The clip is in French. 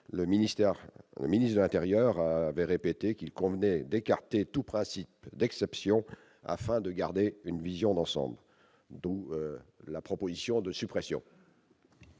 le ministre de l'Intérieur avait répété qu'il convenait d'écarter tout pratique d'exception afin de garder une vision d'ensemble, d'où la proposition de suppression.